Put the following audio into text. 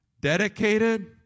dedicated